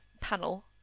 panel